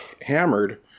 hammered